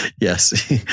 Yes